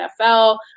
NFL